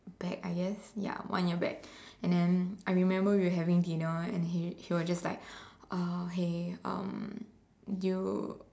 back I guess ya one year back and then I remember we were having dinner and he was just like uh hey um do you